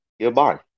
Goodbye